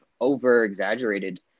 over-exaggerated